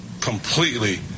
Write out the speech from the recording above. completely